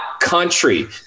country